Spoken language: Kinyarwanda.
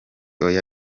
oya